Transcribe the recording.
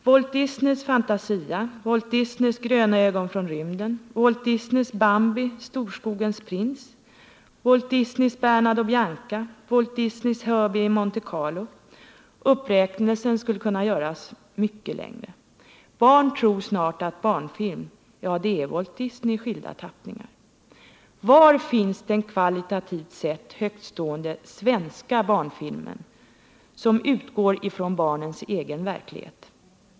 Walt Disneys Fantasia, Walt Disneys Gröna ögon från rymden, Walt Disneys Bambi, Storskogens prins, Walt Disneys Bernard och Bianca, Walt Disneys Herbie i Monte Carlo. Uppräkningen skulle kunna göras mycket längre. Barnen tror snart att barnfilm, det är Walt Disney i skilda tappningar. Var finns den kvalitativt sett högtstående svenska barnfilmen som utgår från barnens egen verklighet?